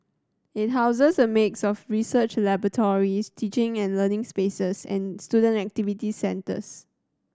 it houses a mix of research laboratories teaching and learning spaces and student activity centres